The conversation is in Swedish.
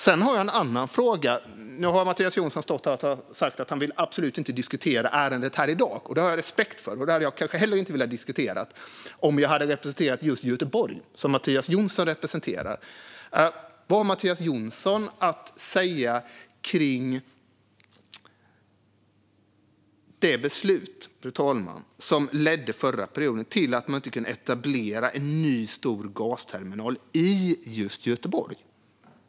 Jag har en annan fråga, även om Mattias Jonsson har stått här och sagt att han absolut inte vill diskutera det ärendet här i dag. Det har jag respekt för. Jag hade kanske inte heller velat diskutera det om jag hade representerat Göteborg, som Mattias Jonsson gör. Vad har Mattias Jonsson att säga om det beslut som under den förra mandatperioden ledde till att en ny stor gasterminal inte kunde etableras i just Göteborg?